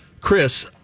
Chris